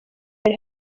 hari